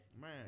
Man